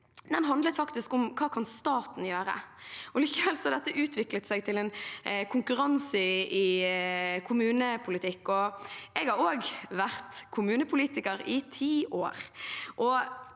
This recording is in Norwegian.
min handlet faktisk om hva staten kan gjøre, og nå har dette utviklet seg til en konkurranse i kommunepolitikk. Jeg har også vært kommunepolitiker, i ti år,